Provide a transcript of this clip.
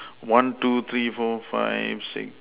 one two three four five six